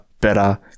better